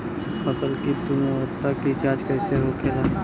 फसल की गुणवत्ता की जांच कैसे होखेला?